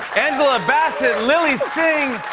angela bassett, lilly singh.